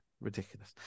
Ridiculous